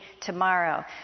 tomorrow